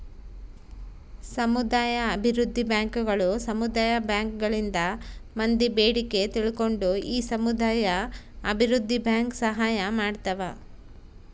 ಸಮುದಾಯ ಅಭಿವೃದ್ಧಿ ಬ್ಯಾಂಕುಗಳು ಸಮುದಾಯ ಬ್ಯಾಂಕ್ ಗಳಿಂದ ಮಂದಿ ಬೇಡಿಕೆ ತಿಳ್ಕೊಂಡು ಈ ಸಮುದಾಯ ಅಭಿವೃದ್ಧಿ ಬ್ಯಾಂಕ್ ಸಹಾಯ ಮಾಡ್ತಾವ